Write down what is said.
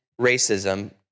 racism